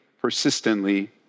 persistently